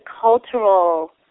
cultural